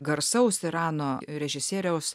garsaus irano režisieriaus